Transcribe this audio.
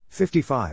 55